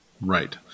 Right